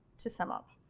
to sum up.